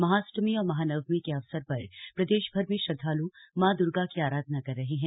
महाष्टमी और महानवमी के अवसर पर प्रदेशभर में श्रद्वाल् मां दूर्गा की आराधना कर रहे हैं